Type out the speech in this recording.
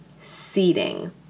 seating